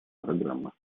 программы